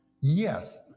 Yes